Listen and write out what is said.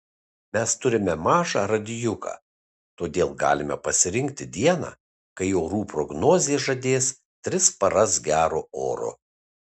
mes turime mažą radijuką todėl galime pasirinkti dieną kai orų prognozė žadės tris paras gero oro